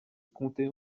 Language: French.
comptait